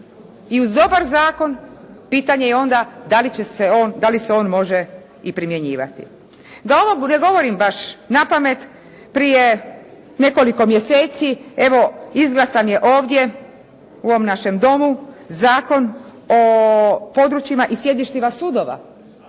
i uz dobar zakon, pitanje je onda da li se on može i primjenjivati. Da ovo ne govorim baš napamet, prije nekoliko mjeseci evo izglasan je ovdje u ovom našem Domu Zakon o područjima i sjedištima sudova